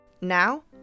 Now